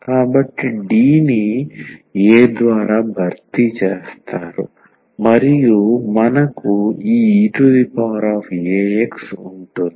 కాబట్టి D ని a ద్వారా భర్తీ చేస్తారు మరియు మనకు ఈ eax ఉంటుంది